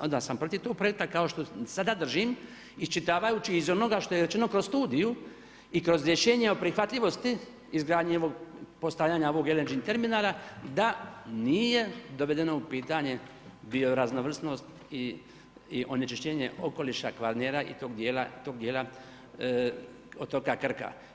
onda sam protiv tog projekta, kao što sada držim iščitavajući iz onoga što je rečeno kroz studiju i kroz rješenje o prihvatljivosti izgradnje i postavljanja ovog LNG terminala da nije dovedeno u pitanje bioraznovrsnost i onečišćenje okoliša Kvarnera i tog dijela otoka Krka.